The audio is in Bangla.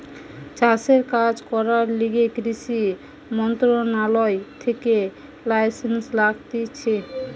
চাষের কাজ করার লিগে কৃষি মন্ত্রণালয় থেকে লাইসেন্স লাগতিছে